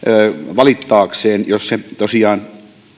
valittaakseen jos tämä prosessi tosiaan